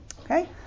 okay